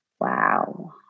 wow